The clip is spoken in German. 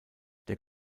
der